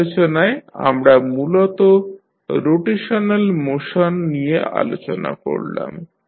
এই আলোচনায় আমরা মূলত রোটেশনাল মোশন নিয়ে আলোচনা করলাম